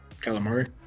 calamari